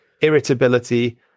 irritability